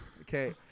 Okay